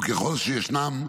וככל שישנם,